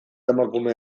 emakume